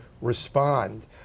respond